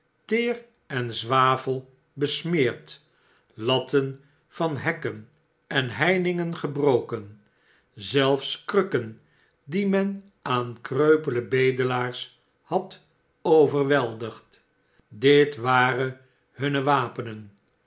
teer en zwavel besmeerd latten van hekken en heiningen gebroken zelfs krukken die men aan kreupele bedelaars gevoelens van miggs liad ontweldigd dit waren hunne wapenen